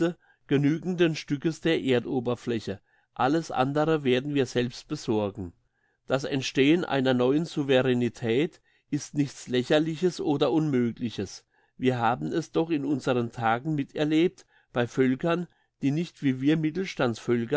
genügenden stückes der erdoberfläche alles andere werden wir selbst besorgen das entstehen einer neuen souveränetät ist nichts lächerliches oder unmögliches wir haben es doch in unseren tagen miterlebt bei völkern die nicht wie wir